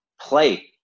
play